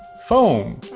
foam?